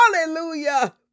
Hallelujah